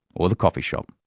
or the coffee shop,